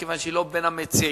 מכיוון שהיא לא בין המציעים.